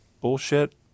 bullshit